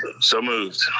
ah so moved.